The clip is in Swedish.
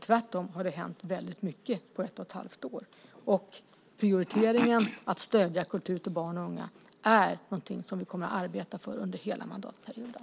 Tvärtom har det hänt väldigt mycket på ett och ett halvt år, och prioriteringen att stödja kultur till barn och unga är någonting som vi kommer att arbeta för under hela mandatperioden.